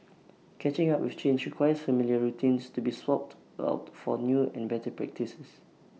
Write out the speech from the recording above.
catching up with change requires familiar routines to be swapped out for new and better practices